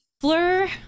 fleur